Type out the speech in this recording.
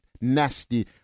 Nasty